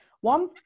one